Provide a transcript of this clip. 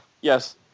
yes